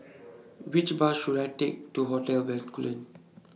Which Bus should I Take to Hotel Bencoolen